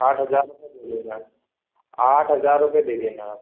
आठ हज़ार रुपये दे देना आठ हज़ार रुपये दे देना आप